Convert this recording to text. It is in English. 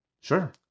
sure